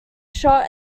shot